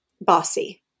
bossy